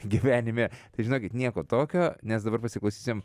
gyvenime tai žinokit nieko tokio nes dabar pasiklausysim